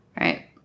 Right